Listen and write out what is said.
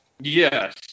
Yes